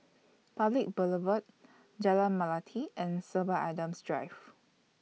Public Boulevard Jalan Melati and Sorby Adams Drive